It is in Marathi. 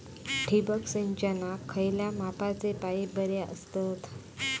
ठिबक सिंचनाक खयल्या मापाचे पाईप बरे असतत?